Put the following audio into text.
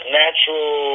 natural